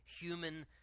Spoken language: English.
human